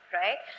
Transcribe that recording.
right